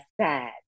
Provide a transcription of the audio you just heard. sad